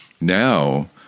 Now